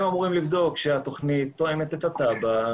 הם אמורים לבדוק שהתוכנית תואמת את התב"ע,